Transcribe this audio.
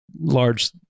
large